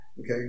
okay